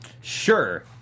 Sure